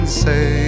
say